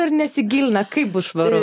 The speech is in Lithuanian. ar nesigilina kaip bus švaru